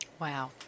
wow